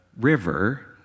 river